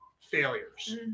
failures